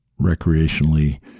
recreationally